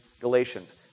Galatians